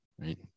Right